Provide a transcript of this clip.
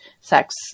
sex